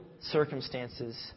circumstances